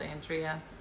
Andrea